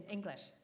English